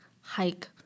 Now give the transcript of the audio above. Hike